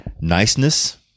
niceness